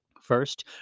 First